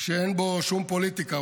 שאין בו שום פוליטיקה.